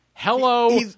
Hello